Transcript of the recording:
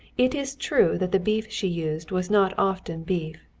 it is true that the beef she used was not often beef,